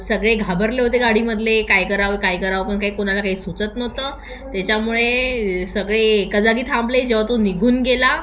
सगळे घाबरले होते गाडीमधले काय करावं काय करावं पण काही कोणाला काही सुचत नव्हतं त्याच्यामुळे सगळे एका जागी थांबले जेव्हा तो निघून गेला